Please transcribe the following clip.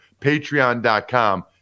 Patreon.com